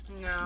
No